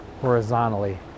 horizontally